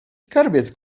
skarbiec